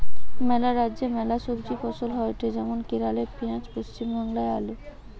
ম্যালা রাজ্যে ম্যালা সবজি ফসল হয়টে যেমন কেরালে পেঁয়াজ, পশ্চিম বাংলায় আলু